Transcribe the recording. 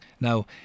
Now